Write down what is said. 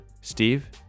Steve